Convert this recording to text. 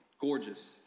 Gorgeous